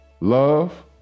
love